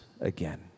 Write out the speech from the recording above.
again